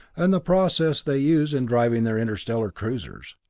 and the process they use in driving their interstellar cruisers.